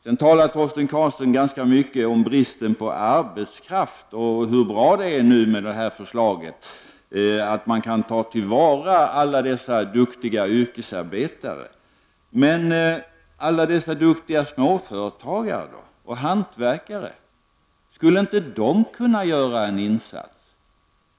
Sedan talade Torsten Karlsson ganska mycket om bristen på arbetskraft och hur bra det här förslaget är, när alla dessa duktiga yrkesarbetare nu kan tas till vara. Men hur är det då med alla dessa duktiga småföretagare och hantverkare? Skulle inte de kunna göra en insats?